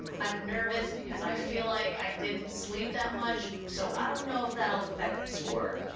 i'm nervous because i feel like i didn't sleep that much, so i don't know if that'll affect the score.